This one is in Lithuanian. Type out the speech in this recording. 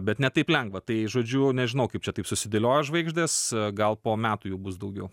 bet ne taip lengva tai žodžiu nežinau kaip čia taip susidėliojo žvaigždės gal po metų jų bus daugiau